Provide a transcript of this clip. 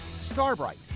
Starbright